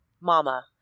Mama